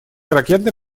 ракетно